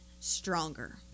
stronger